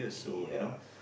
ya